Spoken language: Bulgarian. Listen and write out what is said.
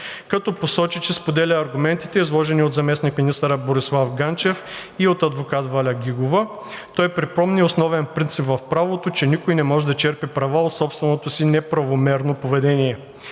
като посочи, че споделя аргументите, изложени от заместник-министър Борислав Ганчев и от адвокат Валя Гигова. Той припомни основен принцип в правото, че никой не може да черпи права от собственото си неправомерно поведение